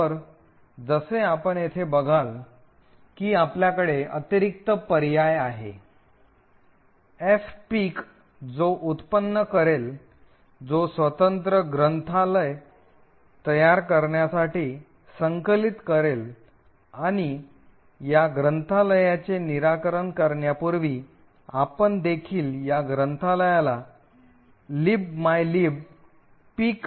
तर जसे आपण येथे बघाल की आपल्याकडे अतिरिक्त पर्याय आहे fpic जो उत्पन्न करेल जो स्वतंत्र ग्रंथालय तयार करण्यासाठी संकलित करेल आणि या ग्रंथालयाचे निराकरण करण्यापूर्वी आपण देखील या ग्रंथालयाला लिबमालिब पीक